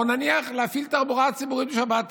או נניח להפעיל תחבורה ציבורית בשבת,